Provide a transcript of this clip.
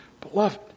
Beloved